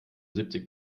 siebzig